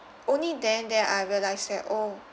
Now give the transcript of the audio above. only then then I realize that oh